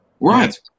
Right